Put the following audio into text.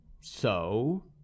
So